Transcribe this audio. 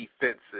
defensive